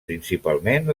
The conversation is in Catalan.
principalment